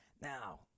Now